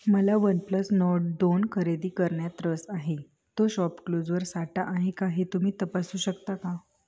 मला one plus Nord दोन खरेदी करण्यात रस आहे तो शॉपक्लूजवर साठा आहे का हे तुम्ही तपासू शकता का